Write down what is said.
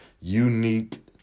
unique